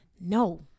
no